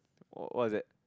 what is that